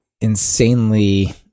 insanely